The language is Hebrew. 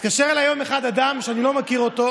מתקשר אליי היום אדם אחד שאני לא מכיר אותו,